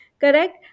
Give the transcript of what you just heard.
Correct